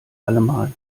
allemal